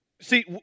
see